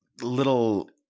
little